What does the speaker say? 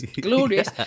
glorious